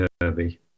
kirby